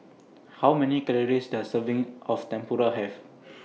How Many Calories Does Serving of Tempura Have